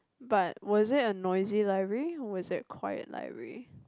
but was it a noisy library was it a quiet library